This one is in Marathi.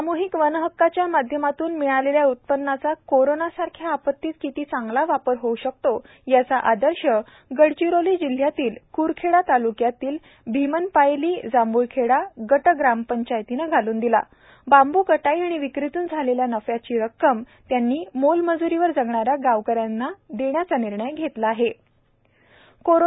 सामूहिक वनहक्काच्या माध्यमातून मिळालेल्या उत्पन्नाचा कोरोना सारख्या आपत्तीत किती चांगला वापर होऊ शकतो याचा आदर्श गडचिरोली क्रखेडा तालुक्यातील भिमनपायली जांभ्ळखेडा गटग्रामपंचायती ने घालून देत बांबूकटाई आणि विक्रीतून झालेल्या नफ्याची रक्कम या मोलमज्रीवर जगणाऱ्य गावकऱ्यांना देण्याचा निर्णय ग्रामसभेने घेतला